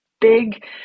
big